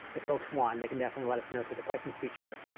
if folks want, they can definitely let us know through the questions feature.